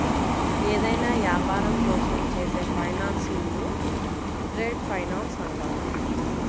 ఏదైనా యాపారం కోసం చేసే ఫైనాన్సింగ్ను ట్రేడ్ ఫైనాన్స్ అంటారు